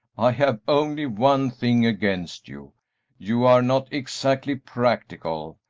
i have only one thing against you you are not exactly practical.